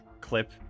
clip